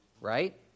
right